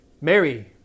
Mary